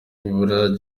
bibura